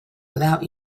without